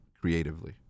creatively